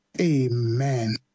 Amen